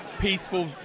peaceful